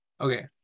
Okay